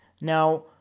Now